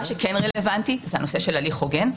מה שכן רלוונטי זה הנושא של הליך הוגן,